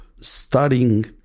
studying